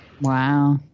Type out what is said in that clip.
Wow